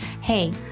Hey